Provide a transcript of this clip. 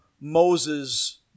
Moses